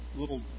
little